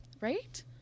Right